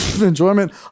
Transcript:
enjoyment